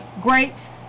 grapes